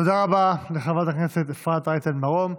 תודה רבה לחברת הכנסת אפרת רייטן מרום.